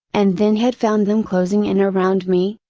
and then had found them closing in around me,